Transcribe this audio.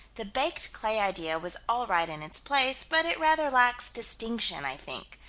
the baked-clay-idea was all right in its place, but it rather lacks distinction, i think.